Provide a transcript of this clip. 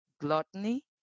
gluttony